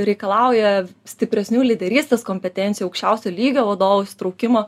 reikalauja stipresnių lyderystės kompetencijų aukščiausio lygio vadovų įsitraukimo